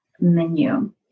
menu